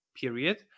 period